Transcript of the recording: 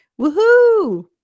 woohoo